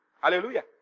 Hallelujah